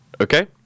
okay